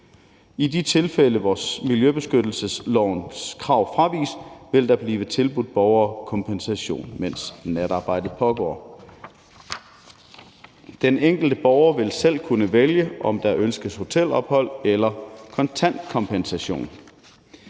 I de tilfælde, hvor miljøbeskyttelseslovens krav fraviges, vil der blive tilbudt kompensation til borgere, mens natarbejdet pågår. Den enkelte borger vil selv kunne vælge, om der ønskes hotelophold eller kontant kompensation.